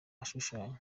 ashushanya